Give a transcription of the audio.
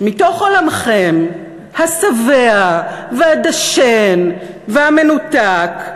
מתוך עולמכם השבע והדשן והמנותק,